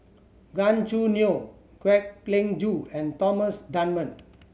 Gan Choo Neo Kwek Leng Joo and Thomas Dunman